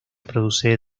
produce